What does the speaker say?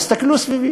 תסתכלו סביב: